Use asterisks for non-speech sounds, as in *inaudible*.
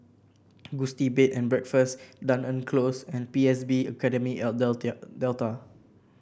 Gusti Bed and Breakfast Dunearn Close and P S B Academy at *unintelligible* Delta